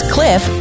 Cliff